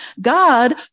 God